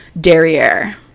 derriere